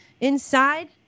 Inside